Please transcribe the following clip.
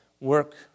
work